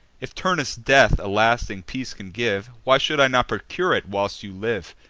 if turnus' death a lasting peace can give, why should i not procure it whilst you live?